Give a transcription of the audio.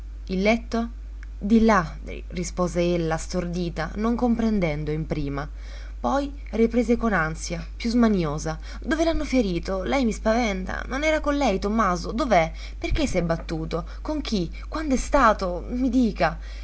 il letto di là rispose ella stordita non comprendendo in prima poi riprese con ansia più smaniosa dove l'hanno ferito lei mi spaventa non era con lei tommaso dov'è perché s'è battuto con chi quand'è stato i dica